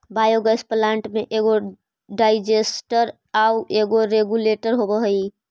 biogas plant में एगो digester आउ एगो रेगुलेटर होवऽ हई